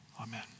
Amen